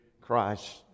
Christ